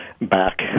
back